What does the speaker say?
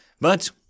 But